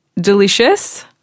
Delicious